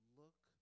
look